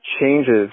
changes